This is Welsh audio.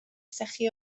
sychu